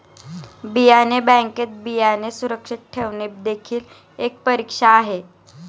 बियाणे बँकेत बियाणे सुरक्षित ठेवणे देखील एक परीक्षा आहे